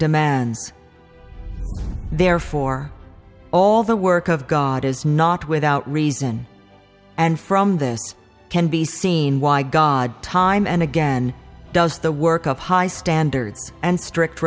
demands therefore all the work of god is not without reason and from this can be seen why god time and again does the work of high standards and strict